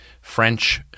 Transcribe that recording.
French